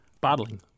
bottling